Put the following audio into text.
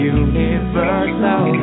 universal